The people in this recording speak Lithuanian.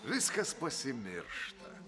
viskas pasimiršta